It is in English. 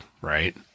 right